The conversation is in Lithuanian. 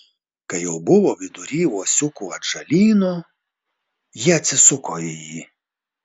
kai jau buvo vidury uosiukų atžalyno ji atsisuko į jį